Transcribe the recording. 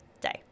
day